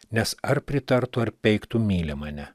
nes ar pritartų ar peiktų myli mane